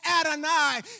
adonai